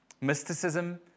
mysticism